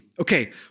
Okay